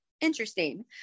interesting